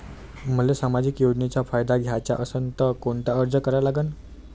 मले सामाजिक योजनेचा फायदा घ्याचा असन त कोनता अर्ज करा लागन?